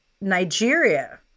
Nigeria